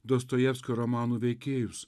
dostojevskio romanų veikėjus